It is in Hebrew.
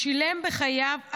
אדם טוב שילם בחייו,